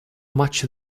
much